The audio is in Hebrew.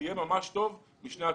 זה יהיה ממש טוב לשני הצדדים.